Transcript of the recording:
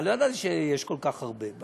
לא ידעתי שיש כל כך הרבה,